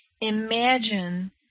imagine